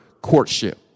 courtship